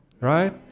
right